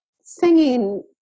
singing